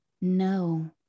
no